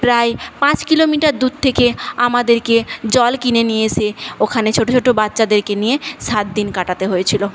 প্রায় পাঁচ কিলোমিটার দূর থেকে আমাদেরকে জল কিনে নিয়ে এসে ওখানে ছোট ছোট বাচ্চাদেরকে নিয়ে সাতদিন কাটাতে হয়েছিল